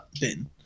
bin